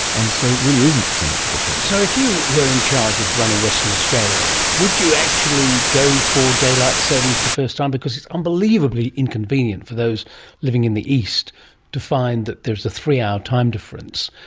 and so it really isn't so much of a problem. so if you were in charge of running western australia, would you actually go for daylight saving for the first time? um because it's unbelievably inconvenient for those living in the east to find that there is a three-hour time difference,